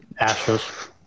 Astros